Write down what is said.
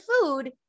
food